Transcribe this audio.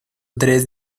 tres